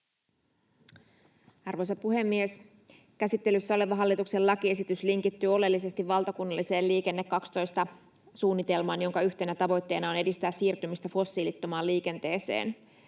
Arvoisa puhemies! Käsittelyssä oleva hallituksen lakiesitys linkittyy oleellisesti valtakunnalliseen Liikenne 12 ‑suunnitelmaan, jonka yhtenä tavoitteena on edistää siirtymistä fossiilittomaan liikenteeseen.